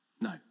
no